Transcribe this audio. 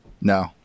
No